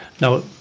Now